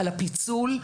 על הפיצול,